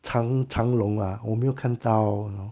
长长龙啊我没有看到 you know